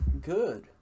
good